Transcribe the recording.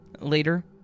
Later